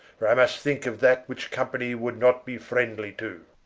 for i must thinke of that, which company would not be friendly too